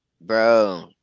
bro